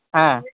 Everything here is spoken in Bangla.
হ্যাঁ